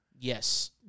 Yes